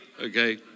Okay